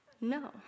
No